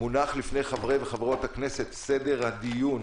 לפני חברות וחברי הכנסת מונח סדר הדיון.